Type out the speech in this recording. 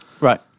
Right